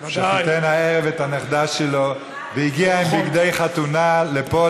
שחיתן הערב את הנכדה שלו והגיע עם בגדי חתונה לפה,